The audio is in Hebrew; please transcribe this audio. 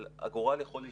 אבל הגורל יכול להשתנות.